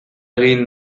egin